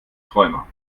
träumer